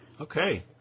Okay